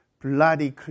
bloody